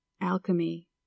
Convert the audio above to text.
alchemy